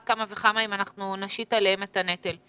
כמה וכמה אם אנחנו נשית עליהן את הנטל.